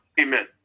Amen